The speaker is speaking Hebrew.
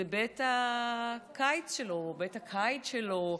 זה בית הקיץ שלו, או בית הקיט שלו,